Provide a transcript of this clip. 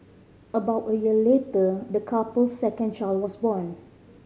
about a year later the couple's second child was born